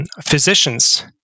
physicians